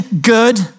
good